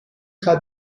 had